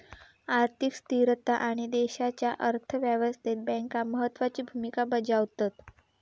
आर्थिक स्थिरता आणि देशाच्या अर्थ व्यवस्थेत बँका महत्त्वाची भूमिका बजावतत